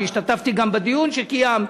השתתפתי גם בדיון שקיימת.